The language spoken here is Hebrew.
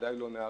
ודאי לא נערים,